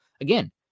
again